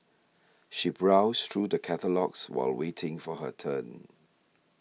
she browsed through the catalogues while waiting for her turn